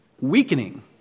weakening